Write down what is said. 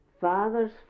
father's